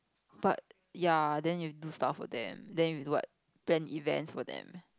but ya then you do stuff for them then you do what plan events for them